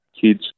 kids